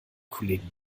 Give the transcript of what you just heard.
kollegen